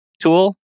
tool